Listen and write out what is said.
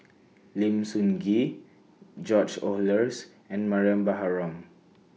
Lim Sun Gee George Oehlers and Mariam Baharom